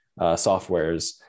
softwares